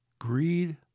Greed